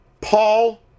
Paul